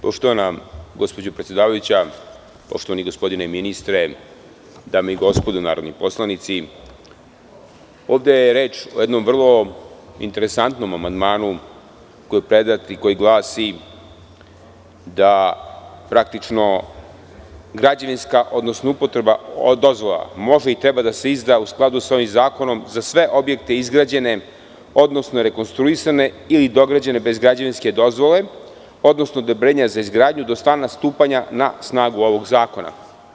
Poštovana gospođo predsedavajuća, poštovani gospodine ministre, Dame i gospodo narodni poslanici, ovde je reč o jednom vrlo interesantnom amandmanu koji je predat i koji glasi – da praktično građevinska, odnosno upotrebna dozvola može i treba da se izda u skladu sa ovim zakonom za sve objekte izgrađene, odnosno rekonstruisane ili dograđene bez građevinske dozvole, odnosno odobrenja za izgradnju, do samog stupanja na snagu ovog zakona.